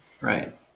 Right